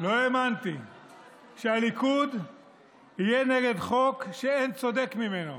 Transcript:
לא האמנתי שהליכוד יהיה נגד חוק שאין צודק ממנו.